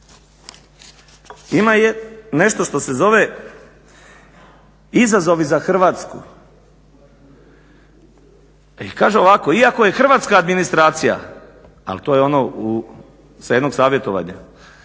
Ima nešto što se zove izazovi za Hrvatsku i kaže ovako. Iako je hrvatska administracija ali to je ono sa jednog savjetovanja,